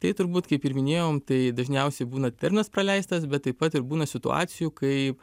tai turbūt kaip ir minėjom tai dažniausiai būna terminas praleistas bet taip pat ir būna situacijų kaip